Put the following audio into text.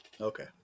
Okay